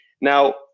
Now